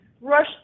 rush